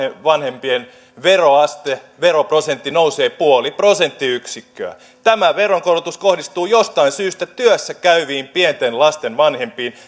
vanhempien veroaste veroprosentti nousee puoli prosenttiyksikköä tämä veronkorotus kohdistuu jostain syystä työssä käyviin pienten lasten vanhempiin